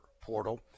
portal